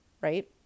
right